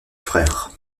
frère